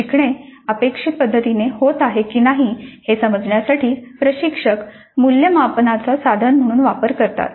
शिकणे अपेक्षित पद्धतीने होत आहे की नाही हे समजण्यासाठी प्रशिक्षक मूल्यमापनाचा साधन म्हणून वापर करतात